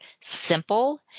simple